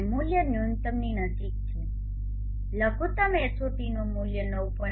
અને મૂલ્ય ન્યૂનતમની નજીક છે લઘુત્તમ HOt નું મૂલ્ય 9